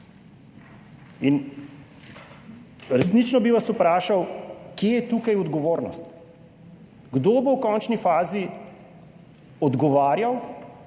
Resnično bi vas vprašal, kje je tukaj odgovornost. Kdo bo v končni fazi odgovarjal